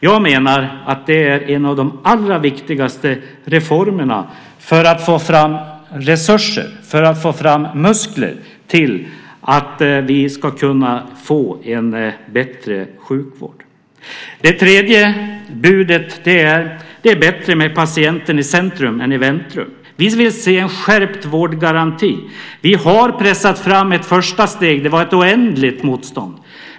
Jag menar att det är en av de allra viktigaste reformerna för att få fram resurser, muskler, till att vi ska kunna få en bättre sjukvård. Det tredje budet är att det är bättre med patienten i centrum än i väntrum. Vi vill se en skärpt vårdgaranti. Vi har pressat fram ett första steg, även om det var ett oändligt motstånd.